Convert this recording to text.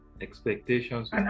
expectations